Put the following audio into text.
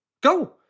go